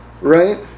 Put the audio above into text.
Right